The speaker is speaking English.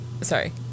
Sorry